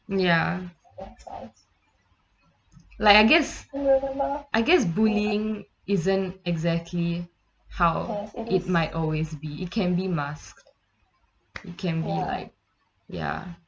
ya like I guess I gues bullying isn't exactly how it might always be it can be masked it can be like ya